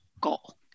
goal